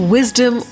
Wisdom